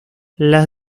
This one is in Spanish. las